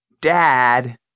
Dad